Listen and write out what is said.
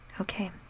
Okay